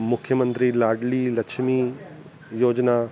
मुख्य मंत्री लाडली लक्ष्मी योजना